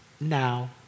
now